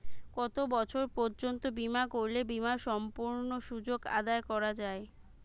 কত বছর পর্যন্ত বিমা করলে বিমার সম্পূর্ণ সুযোগ আদায় করা য়ায়?